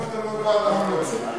אם אתה לא בא, אנחנו לא רוצים.